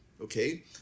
Okay